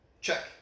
check